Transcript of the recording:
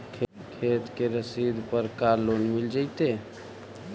खेत के रसिद पर का लोन मिल जइतै?